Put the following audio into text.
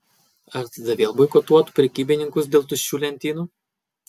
ar tada vėl boikotuotų prekybininkus dėl tuščių lentynų